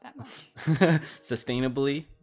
sustainably